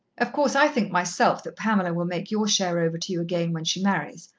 of course, i think myself that pamela will make your share over to you again when she marries.